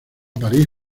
parís